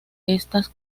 estas